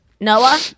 Noah